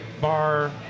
bar